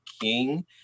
king